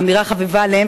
האמירה החביבה עליהם,